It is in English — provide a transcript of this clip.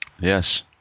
Yes